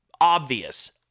obvious—